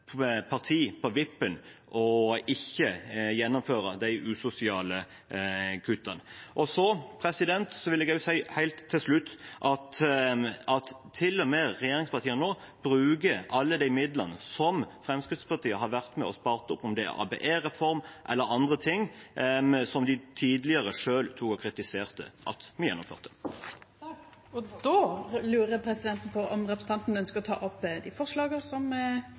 parti på vippen om man ikke vil gjennomføre de usosiale kuttene. Helt til slutt vil jeg si: Regjeringspartiene bruker nå alle de midlene som Fremskrittspartiet har vært med på å spare opp, enten det gjelder ABE-reformen eller andre ting som de tidligere sto og kritiserte at man gjennomførte. Presidenten lurer på om representanten ønskjer å ta opp